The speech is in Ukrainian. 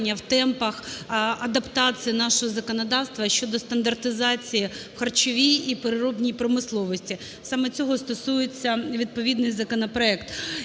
в темпах адаптації нашого законодавства щодо стандартизації в харчовій і переробній промисловості. Саме цього стосується відповідний законопроект.